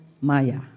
Maya